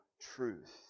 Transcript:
Truth